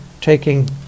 taking